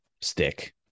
stick